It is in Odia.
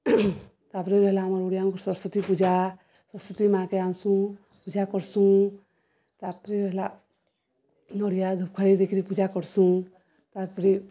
ତା'ପରେ ରହେଲା ଆମର୍ ଓଡ଼ିଆମାନ୍କର୍ ସରସ୍ଵତୀ ପୂଜା ସରସ୍ଵତୀ ମା'କେ ଆନ୍ସୁଁ ପୂଜା କର୍ସୁଁ ତା'ପରେ ରହେଲା ନଡ଼ିଆ ଧୂପ୍କାଠି ଦେଇକିରି ପୂଜା କର୍ସୁଁ ତା'ପରେ